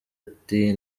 ati